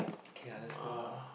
kay ah let's go lah